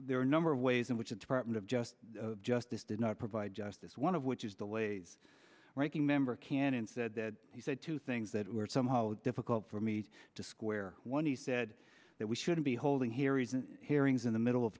there are a number of ways in which the department of justice justice did not provide justice one of which is the ways ranking member can and said that he said two things that were somehow difficult for me to square one he said that we should be holding hearings and hearings in the middle of